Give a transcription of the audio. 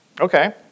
Okay